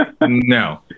no